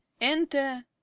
enter